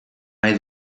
nahi